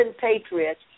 patriots